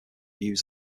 abuse